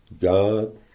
God